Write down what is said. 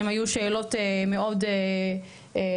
שהם היו שאלות מאוד דרמטיות,